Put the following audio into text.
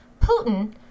Putin